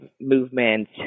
movement